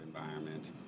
environment